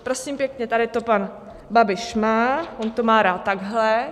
Prosím pěkně, tady to pan Babiš má, on to má rád takhle.